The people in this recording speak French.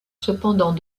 cependant